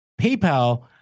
PayPal